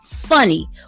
funny